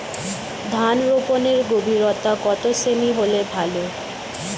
ধান রোপনের গভীরতা কত সেমি হলে ভালো?